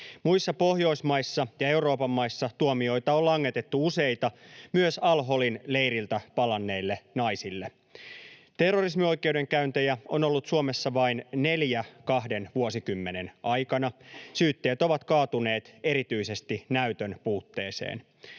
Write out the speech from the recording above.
Muissa Pohjoismaissa ja Euroopan maissa tuomioita on langetettu useita myös al-Holin leiriltä palanneille naisille. Terrorismioikeudenkäyntejä on ollut Suomessa vain neljä kahden vuosikymmenen aikana. Syytteet ovat kaatuneet erityisesti näytön puutteeseen.